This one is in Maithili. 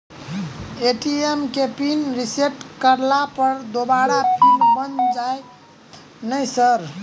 ए.टी.एम केँ पिन रिसेट करला पर दोबारा पिन बन जाइत नै सर?